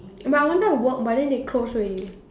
but I wanted to work but then they close already